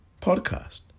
Podcast